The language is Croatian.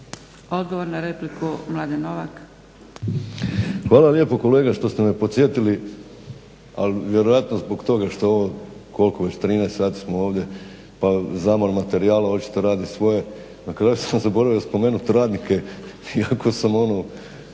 Odgovor na repliku Petar